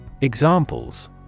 Examples